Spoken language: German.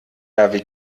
navi